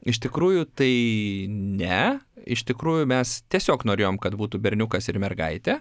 iš tikrųjų tai ne iš tikrųjų mes tiesiog norėjom kad būtų berniukas ir mergaitė